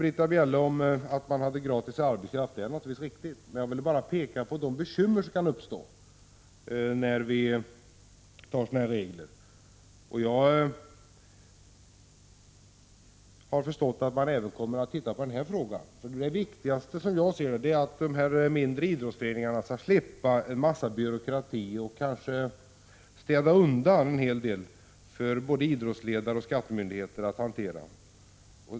Britta Bjelle sade att man har gratis arbetskraft, och det är naturligtvis riktigt. Jag ville bara peka på de bekymmer som kan uppstå vid införandet av sådana här regler. Jag har förstått att utredningen även kommer att ägna sig åt denna fråga. Det viktigaste, som jag ser det, är att de mindre idrottsföreningarna skall slippa en massa byråkrati och att reglerna skall städa undan en hel del arbete för både idrottsledare och skattemyndigheter.